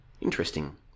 interesting